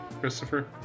Christopher